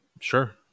Sure